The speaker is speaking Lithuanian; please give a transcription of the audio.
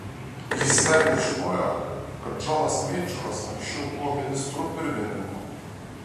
jis net nežinojo kad džonas meidžoras anksčiau buvo ministru pirmininku